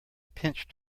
pinched